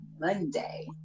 Monday